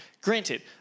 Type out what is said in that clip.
Granted